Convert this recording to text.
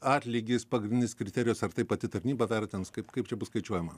atlygis pagrindinis kriterijus ar tai pati tarnyba vertins kaip kaip čia bus skaičiuojama